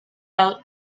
out